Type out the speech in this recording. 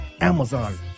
Amazon